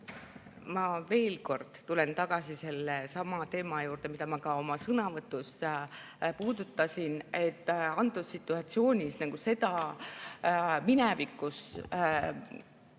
Ma veel kord tulen tagasi sellesama teema juurde, mida ma ka oma sõnavõtus puudutasin. Antud situatsioonis see minevikus